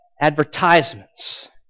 advertisements